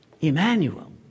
Emmanuel